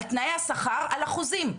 על תנאי השכר, על החוזים.